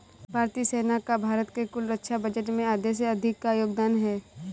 भारतीय सेना का भारत के कुल रक्षा बजट में आधे से अधिक का योगदान है